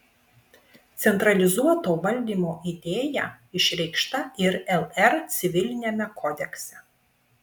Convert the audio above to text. centralizuoto valdymo idėja išreikšta ir lr civiliniame kodekse